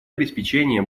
обеспечения